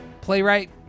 playwright